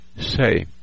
say